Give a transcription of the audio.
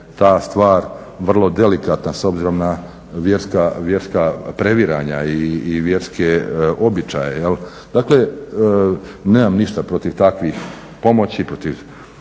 ta stvar vrlo delikatna s obzirom na vjerska previranja i vjerske običaje. Dakle nemam ništa protiv takvih pomoći, protiv